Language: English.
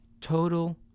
Total